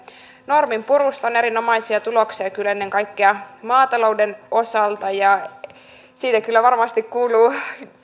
norminpurusta on erinomaisia tuloksia ennen kaikkea maatalouden osalta ja siitä kyllä varmasti kuuluu